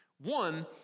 One